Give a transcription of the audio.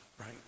right